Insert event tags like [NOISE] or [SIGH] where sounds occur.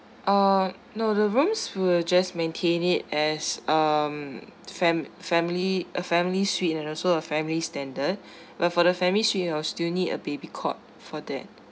uh no the rooms we'll just maintain it as um fam~ family a family suite and also a family standard [BREATH] but for the familiy suite I'll still need a baby cot for that